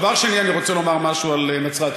דבר שני, אני רוצה לומר משהו על נצרת-עילית.